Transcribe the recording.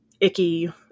icky